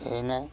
এনে